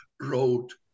wrote